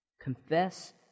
Confess